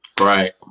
right